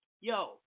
Yo